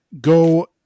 go